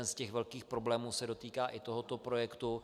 Jeden z těch velkých problémů se dotýká i tohoto projektu.